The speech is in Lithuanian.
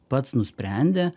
pats nusprendė